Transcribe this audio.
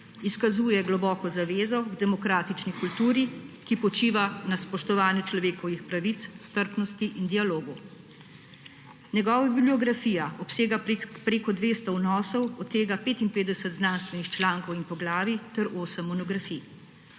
izkazuje globoko zavezo k demokratični kulturi, ki počiva na spoštovanju človekovih pravic, strpnosti in dialogu. Njegova bibliografija obsega prek 200 vnosov, od tega 55 znanstvenih člankov in poglavij ter 8 monografij.